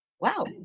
wow